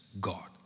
God